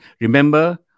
Remember